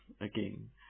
again